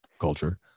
culture